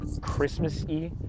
Christmas-y